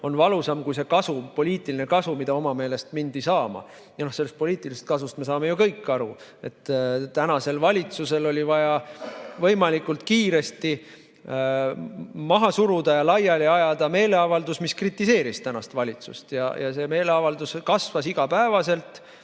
on valusam kui see poliitiline kasu, mida oma meelest saama mindi. Sellest poliitilisest kasust me saame ju kõik aru: tänasel valitsusel oli vaja võimalikult kiiresti maha suruda ja laiali ajada meeleavaldus, mis kritiseeris tänast valitsust ja mis kasvas iga päevaga.